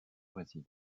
brésil